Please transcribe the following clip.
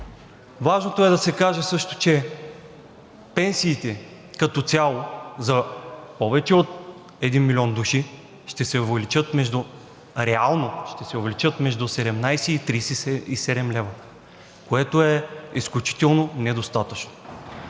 Важното е да се каже също, че като цяло пенсиите за повече от 1 милион души реално ще се увеличат между 17 и 37 лв., което е изключително недостатъчно.